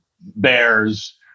bears